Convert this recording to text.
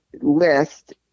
list